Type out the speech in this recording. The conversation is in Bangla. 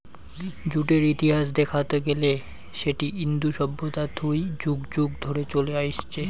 জুটের ইতিহাস দেখাত গেলে সেটি ইন্দু সভ্যতা থুই যুগ যুগ ধরে চলে আইসছে